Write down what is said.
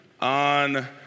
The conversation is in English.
on